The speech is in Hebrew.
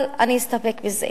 אבל אני אסתפק בזה.